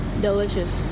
delicious